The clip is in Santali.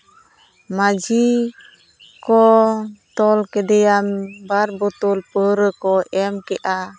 ᱢᱟᱹᱡᱷᱤ ᱠᱚ ᱛᱚᱞ ᱠᱮᱫᱮᱭᱟ ᱵᱟᱨ ᱵᱳᱛᱳᱞ ᱯᱟᱹᱣᱨᱟᱹ ᱠᱚ ᱮᱢ ᱠᱮᱜᱼᱟ